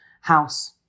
house